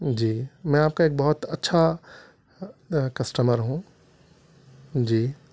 جی میں آپ کا ایک بہت اچھا کسٹمر ہوں جی